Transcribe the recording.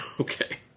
Okay